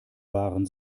waren